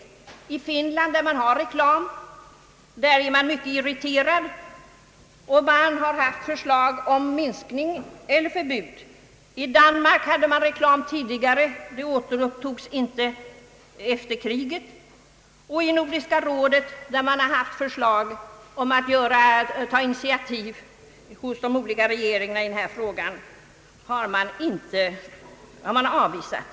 Vidare, att man i Finland, där man ju har reklam i TV, är mycket irriterad och har haft förslag om minskning eller förbud. Beträffande Danmark förekom där reklam i radion tidigare, men verksamheten återupptogs inte efter kriget. I Nordiska rådet har det förekommit förslag om att rådet borde ta initiativ hos de olika regeringarna i den här frågan, men detta förslag har tillbakavisats.